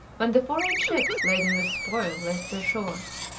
when the foreign ships laden with spoil left their shores.